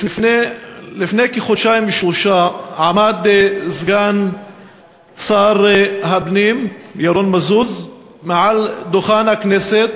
לפני כחודשיים-שלושה עמד סגן שר הפנים ירון מזוז מעל דוכן הכנסת